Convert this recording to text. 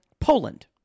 Poland